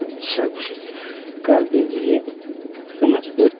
अच्छा कर दीजिए समझ कर